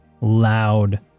loud